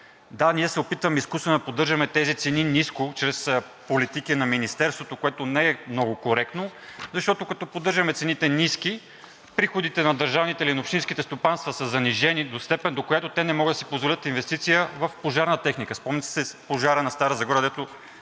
Да, ние се опитваме изкуствено да поддържаме тези цени ниско чрез политики на Министерството, което не е много коректно, защото, като поддържаме цените ниски, приходите на държавните или на общинските стопанства са занижени до степен, до която те не могат да си позволят инвестиции в пожарна техника. Спомняте си пожара над Стара Загора, където